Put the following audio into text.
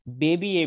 baby